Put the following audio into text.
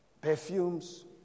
Perfumes